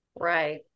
Right